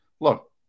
look